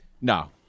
No